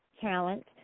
talent